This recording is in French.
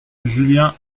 julien